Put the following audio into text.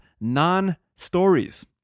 non-stories